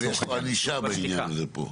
לצורך העניין --- אבל יש פה ענישה בעניין הזה פה.